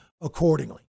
accordingly